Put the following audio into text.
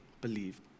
believe